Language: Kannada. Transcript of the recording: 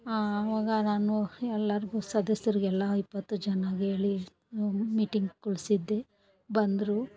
ಅವಾಗ ನಾನು ಎಲ್ಲಾರಿಗು ಸದಸ್ಯರಿಗೆಲ್ಲ ಇಪ್ಪತ್ತು ಜನಕ್ಕೇಳಿ ಮೀಟಿಂಗ್ ಕುಳ್ಸಿದ್ದೆ ಬಂದರು